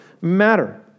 matter